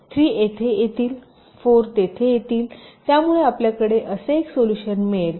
3 येथे येतील 4 तेथे येतील त्यामुळे आपल्याकडे असे एक सोल्युशन मिळेल